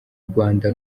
rwanda